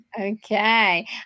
Okay